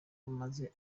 amaze